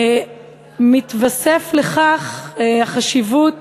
מתווספת לכך החשיבות